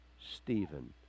Stephen